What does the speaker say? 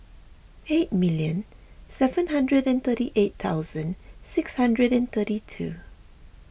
eighty million seven hundred and thirty eight thousand six hundred and thirty two